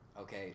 Okay